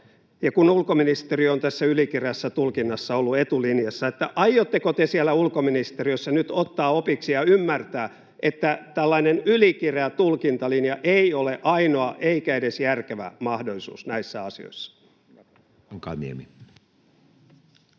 kun ulkoministeriö on tässä ylikireässä tulkinnassa ollut etulinjassa: aiotteko te siellä ulkoministeriössä nyt ottaa opiksi ja ymmärtää, että tällainen ylikireä tulkintalinja ei ole ainoa eikä edes järkevä mahdollisuus näissä asioissa? [Speech